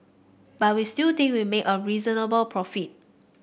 but we still think we made a reasonable profit